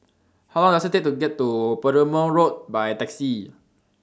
How Long Does IT Take to get to Perumal Road By Taxi